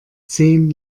zehn